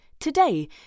Today